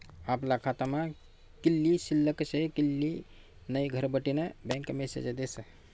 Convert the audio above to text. आपला खातामा कित्ली शिल्लक शे कित्ली नै घरबठीन बँक मेसेज देस